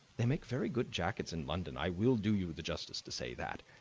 they make very good jackets in london, i will do you the justice to say that.